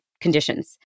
conditions